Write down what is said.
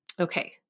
Okay